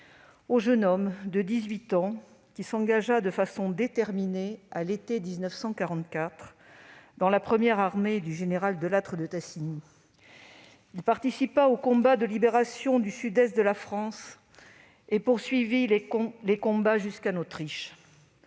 au jeune homme de 18 ans qui s'engagea de façon déterminée, à l'été 1944, dans la Première armée française du général de Lattre de Tassigny. Il participa aux combats de la libération du sud-est de la France et poursuivit les combats jusqu'en Autriche.